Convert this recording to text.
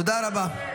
תודה רבה.